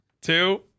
two